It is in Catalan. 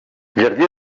jardí